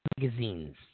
magazines